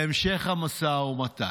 להמשך המשא ומתן.